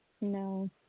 No